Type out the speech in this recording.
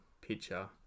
picture